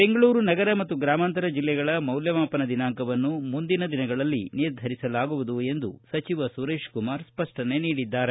ಬೆಂಗಳೂರು ನಗರ ಮತ್ತು ಗ್ರಾಮಾಂತರ ಜಿಲ್ಲೆಗಳ ಮೌಲ್ಯಮಾಪನ ದಿನಾಂಕವನ್ನು ಮುಂದಿನ ದಿನಗಳಲ್ಲಿ ನಿರ್ಧರಿಸಲಾಗುವುದು ಎಂದು ಸಚಿವ ಸುರೇಶ್ ಕುಮಾರ್ ಸ್ಪಷ್ಟನೆ ನೀಡಿದ್ದಾರೆ